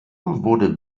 wurde